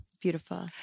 Beautiful